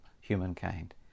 humankind